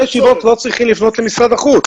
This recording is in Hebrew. בני הישיבות לא צריכים לפנות למשרד החוץ.